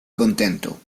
contento